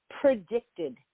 predicted